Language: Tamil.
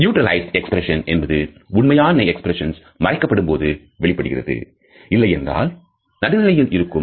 neutralized expression என்பது உண்மையான எக்ஸ்பிரஷன்ஸ் மறைக்கப்படும் போது வெளிப்படுகிறது இல்லையென்றால் நடுநிலையில் இருக்கும்